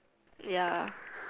ya